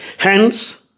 Hence